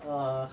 orh